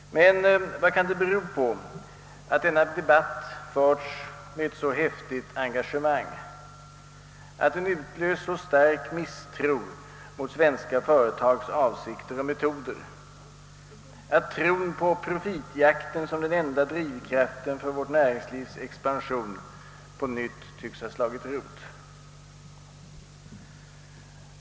Men vad kan det bero på att denna debatt förts med ett så häftigt engagemang, att den utlöst så stark misstro mot svenska företags avsikter och metoder, att tron på profitjakten som den enda drivkraften för vårt näringslivs expansion på nytt tycks ha slagit rot?